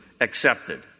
accepted